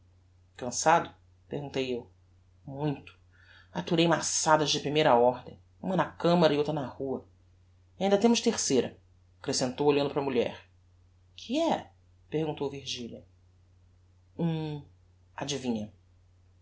cançado perguntei eu muito aturei duas massadas de primeira ordem uma na camara e outra na rua e ainda temos terceira accrescentou olhando para a mulher que é perguntou virgilia um adivinha